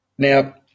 Now